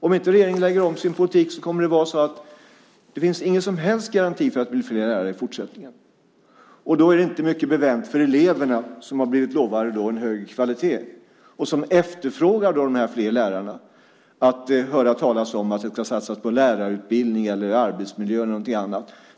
Om regeringen inte lägger om sin politik kommer det inte att finnas någon som helst garanti för att det blir fler lärare i fortsättningen. Och då är det inte mycket bevänt för eleverna, som har blivit lovade en högre kvalitet och som efterfrågar fler lärare, att höra talas om att det ska satsas på lärarutbildning eller arbetsmiljö eller någonting annat.